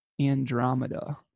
Andromeda